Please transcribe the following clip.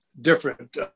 different